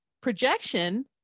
projection